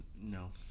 No